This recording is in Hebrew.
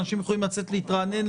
אנשים יכולים לצאת להתרענן,